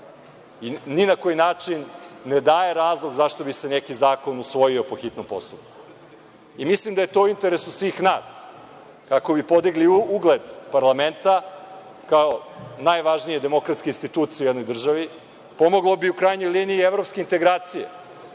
Ni na koji način ne daje razlog zašto bi se neki zakon usvojio po hitnom postupku. Mislim da je to u interesu svih nas ako bi podigli ugled parlamenta kao najvažnije demokratske institucije u jednoj državi, pomoglo bi u krajnjoj liniji i evropske integracije,